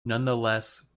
nonetheless